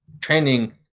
training